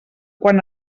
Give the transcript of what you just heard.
quan